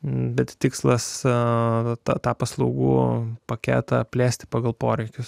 bet tikslas visą tą paslaugų paketą plėsti pagal poreikius